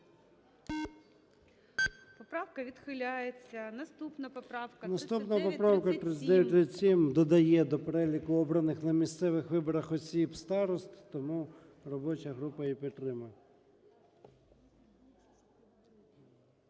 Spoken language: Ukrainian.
Наступна поправка, 3937, додає до переліку обраних на місцевих виборах осіб старост, тому робоча група її підтримала.